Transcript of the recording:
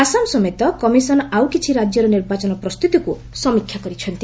ଆସାମ ସମେତ କମିଶନ ଆଉ କିଛି ରାଜ୍ୟର ନିର୍ବାଚନ ପ୍ରସ୍ତୁତିକୁ ସମୀକ୍ଷା କରିଛନ୍ତି